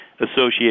associated